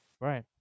Right